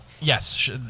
Yes